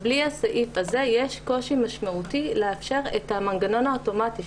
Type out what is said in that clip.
בלי הסעיף הזה יש קושי משמעותי לאפשר את המנגנון האוטומטי,